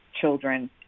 Children